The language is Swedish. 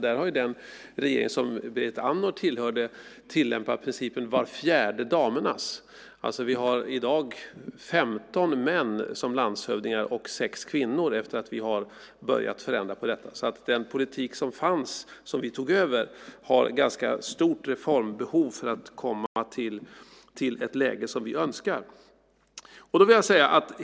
Där har den regering som Berit Andnor tillhörde tillämpat principen var fjärde damernas. Vi har i dag 15 män som landshövdingar och 6 kvinnor efter att vi har börjat förändra detta. Det finns ett ganska stort behov av reformering av den politik som fördes innan vi tog över för att vi ska komma i ett läge som vi önskar.